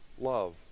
love